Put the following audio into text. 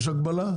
יש הגבלה?